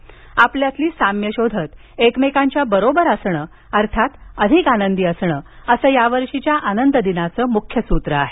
आपल्यातील साम्य शोधत एकमेकांच्या बरोबर असणं अर्थात अधिक आनंदी असणं असं या वर्षीच्या आनंद दिनाचं मुख्य सूत्र आहे